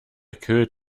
could